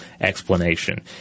explanation